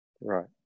Right